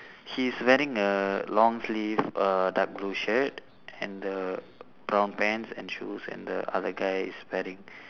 he is wearing a long sleeve a dark blue shirt and the brown pants and shoes and the other guy is wearing